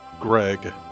Greg